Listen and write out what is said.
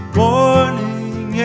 morning